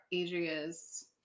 Adria's